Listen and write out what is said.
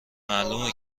معلومه